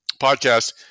podcast